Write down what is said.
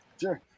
Sure